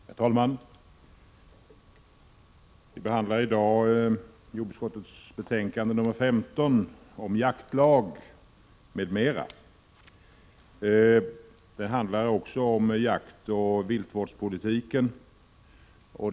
Herr talman! Vi behandlar i dag jordbruksutskottets betänkande 15 om jaktlag, m.m. Det handlar också om jaktoch viltvårdspolitiken.